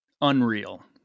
unreal